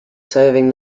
serving